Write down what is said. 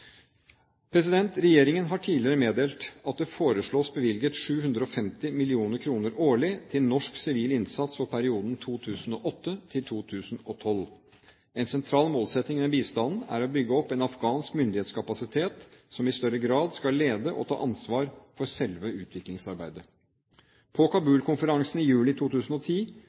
Regjeringen har tidligere meddelt at det foreslås bevilget 750 mill. kr årlig til norsk sivil innsats for perioden 2008–2012. En sentral målsetting med bistanden er å bygge opp en afghansk myndighetskapasitet som i større grad skal lede og ta ansvar for selve utviklingsarbeidet. På Kabul-konferansen i juli 2010